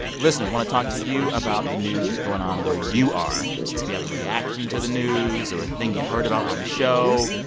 listeners, i want to talk to you about the news going on where you are. if you have a reaction to the news or a thing you heard about on the show,